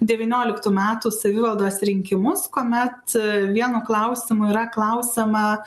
devynioliktų metų savivaldos rinkimus kuomet vienu klausimu yra klausiama